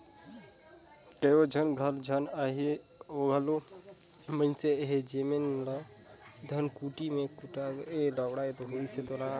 कइयो झन अइसे घलो मइनसे अहें जेमन ल धनकुट्टी में कुटाल चाँउर हर ही सुहाथे